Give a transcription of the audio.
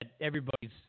everybody's